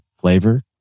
flavor